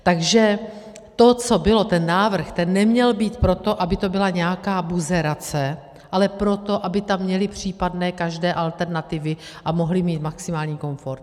Takže to, co bylo, ten návrh, ten neměl být proto, aby to byla nějaká buzerace, ale proto, aby tam měli případné každé alternativy a mohli mít maximální komfort.